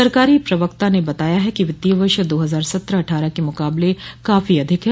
सरकारी प्रवक्ता ने बताया है कि वित्तीय वर्ष दो हजार सत्रह अट्ठारह के मुकाबले काफी अधिक है